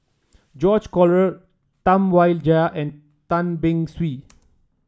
George Collyer Tam Wai Jia and Tan Beng Swee